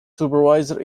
supervisor